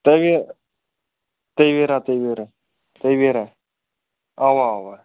تَویے تَویرا تَویرا تَویرا اَوا اَوا